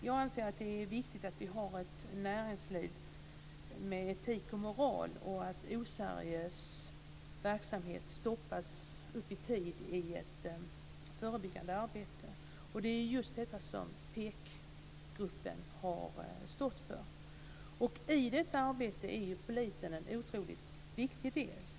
Jag anser att det är viktigt att vi har ett näringsliv med etik och moral och att oseriös verksamhet stoppas i tid genom ett förebyggande arbete. Det är just detta som PEK-gruppen har stått för. I det här arbetet är polisen en otroligt viktig del.